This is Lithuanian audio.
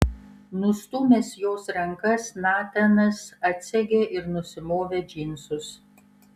nustūmęs jos rankas natanas atsegė ir nusimovė džinsus